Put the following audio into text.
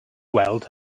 weld